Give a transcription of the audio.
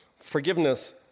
Forgiveness